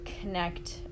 connect